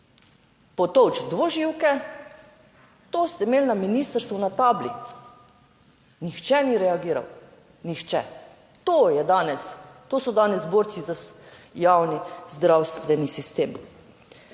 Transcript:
Potolči dvoživke, to ste imeli na ministrstvu na tabli. Nihče ni reagiral, nihče. To je danes, to so danes borci za javni zdravstveni sistem.